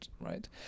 right